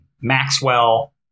Maxwell